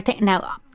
Now